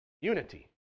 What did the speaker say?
unity